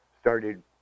started